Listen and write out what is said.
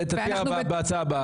תציע בהצעה הבאה.